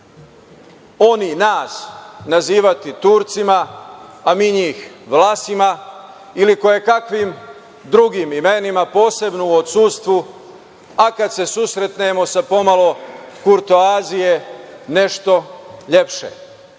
oni nas nazivati Turcima, a mi njih Vlasima ili kojekakvim drugim imenima, posebno u odsustvu, a kada se susretnemo sa pomalo kurtoazije nešto lepše. Mislim